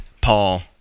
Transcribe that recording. Paul